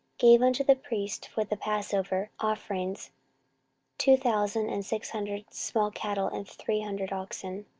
gave unto the priests for the passover offerings two thousand and six hundred small cattle and three hundred oxen.